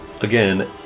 again